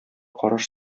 караш